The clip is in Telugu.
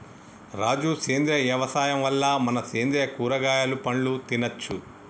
రాజు సేంద్రియ యవసాయం వల్ల మనం సేంద్రియ కూరగాయలు పండ్లు తినచ్చు